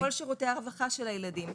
על כל שירותי הרווחה של הילדים,